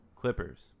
Clippers